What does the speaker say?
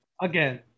again